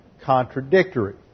contradictory